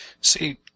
See